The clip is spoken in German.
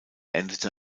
endete